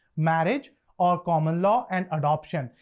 marriage or common-law, and adoption,